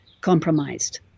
compromised